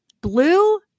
Blue